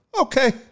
okay